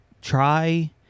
try